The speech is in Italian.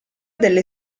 delle